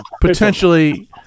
Potentially